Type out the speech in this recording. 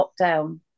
lockdown